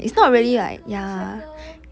auntie uncle 帅哥